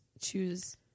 choose